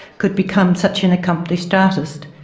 could become such an accomplished artist.